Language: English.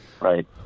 Right